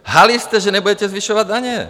Lhali jste, že nebudete zvyšovat daně.